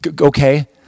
Okay